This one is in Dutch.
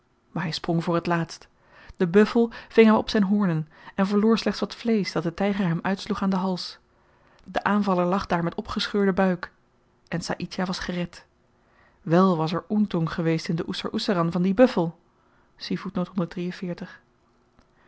maar hy sprong voor t laatst de buffel ving hem op zyn hoornen en verloor slechts wat vleesch dat de tyger hem uitsloeg aan den hals de aanvaller lag daar met opgescheurden buik en saïdjah was gered wèl was er ontong geweest in de oeser oeseran van dien buffel